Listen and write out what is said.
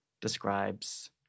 describes